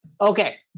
Okay